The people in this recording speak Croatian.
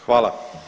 Hvala.